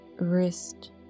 Wrist